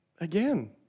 again